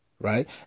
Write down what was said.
Right